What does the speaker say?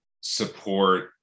support